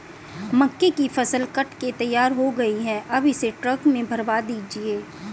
मक्के की फसल कट के तैयार हो गई है अब इसे ट्रक में भरवा दीजिए